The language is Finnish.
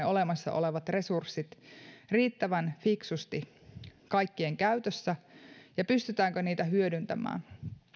olemassa olevat resurssit riittävän fiksusti kaikkien käytössä ja pystytäänkö niitä hyödyntämään